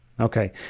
Okay